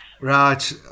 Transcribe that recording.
Right